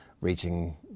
reaching